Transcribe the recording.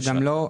לא.